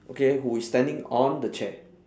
okay who is standing on the chair